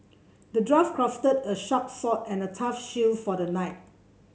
the dwarf crafted a sharp sword and a tough shield for the knight